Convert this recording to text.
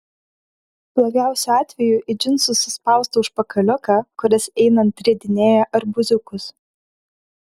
blogiausiu atveju į džinsų suspaustą užpakaliuką kuris einant ridinėja arbūziukus